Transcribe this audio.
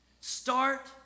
Start